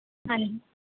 ਹਾਂਜੀ